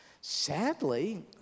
Sadly